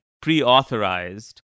pre-authorized